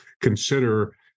consider